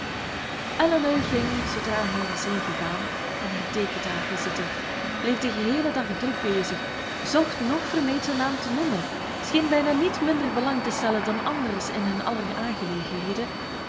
elinor ging zoodra hij was heengegaan aan haar teekentafel zitten bleef den geheelen dag druk bezig zocht noch vermeed zijn naam te noemen scheen bijna niet minder belang te stellen dan anders in hun aller aangelegenheden